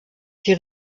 die